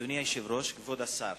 אדוני היושב-ראש, כבוד השר,